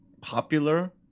popular